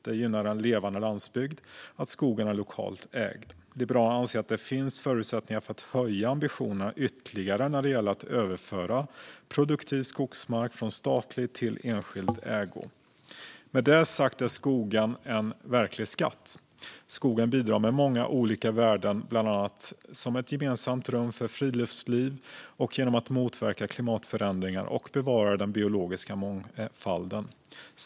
Det gynnar en levande landsbygd att skogen är lokalt ägd. Liberalerna anser att det finns förutsättningar att höja ambitionerna ytterligare när det gäller att överföra produktiv skogsmark från statlig till enskild ägo. Med det sagt är skogen en verklig skatt. Skogen bidrar med många olika värden, bland annat som ett gemensamt rum för friluftsliv och genom att motverka klimatförändringar och bevara den biologiska mångfalden.